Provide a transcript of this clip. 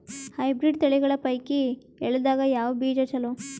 Hybrid ತಳಿಗಳ ಪೈಕಿ ಎಳ್ಳ ದಾಗ ಯಾವ ಬೀಜ ಚಲೋ?